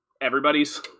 everybody's